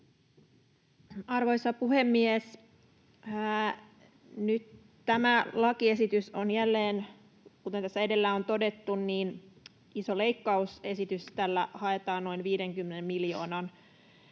Arvoisa puhemies! Nyt tämä lakiesitys on jälleen, kuten tässä edellä on todettu, iso leikkausesitys. Tällä haetaan noin 50 miljoonan